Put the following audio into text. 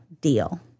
deal